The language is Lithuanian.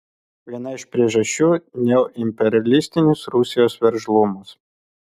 viena iš priežasčių neoimperialistinis rusijos veržlumas